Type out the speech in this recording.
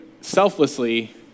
selflessly